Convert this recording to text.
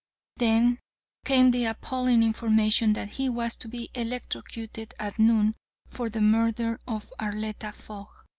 then came the appalling information that he was to be electrocuted at noon for the murder of arletta fogg.